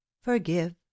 forgive